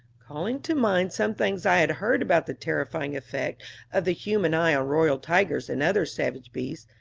calling to mind some things i had heard about the terrifying effect of the human eye on royal tigers and other savage beasts,